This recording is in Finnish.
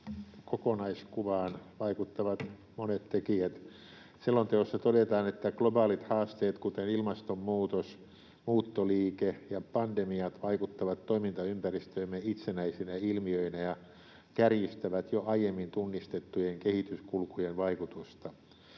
kokonaiskuvaan vaikuttavat monet tekijät. Selonteossa todetaan, että globaalit haasteet, kuten ilmastonmuutos, muuttoliike ja pandemiat, vaikuttavat toimintaympäristöömme itsenäisinä ilmiöinä ja kärjistävät jo aiemmin tunnistettujen kehityskulkujen vaikutusta.